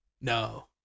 No